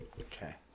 Okay